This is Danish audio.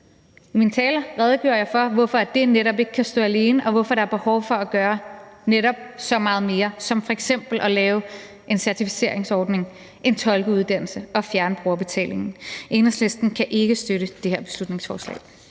I min tale redegjorde jeg for, hvorfor det netop ikke kan stå alene, og hvorfor der er behov for at gøre netop så meget mere som f.eks. at lave en certificeringsordning og en tolkeuddannelse og fjerne brugerbetalingen. Enhedslisten kan ikke støtte det her beslutningsforslag.